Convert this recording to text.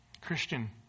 Christian